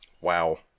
Wow